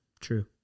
True